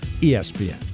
ESPN